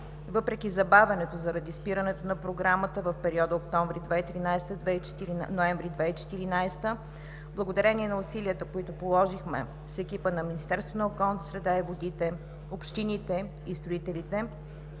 Въпреки забавянето, заради спирането на програмата в периода октомври 2013 – ноември 2014 г., благодарение на усилията, които положихме с екипа на Министерството на околната среда и водите, общините и строителите,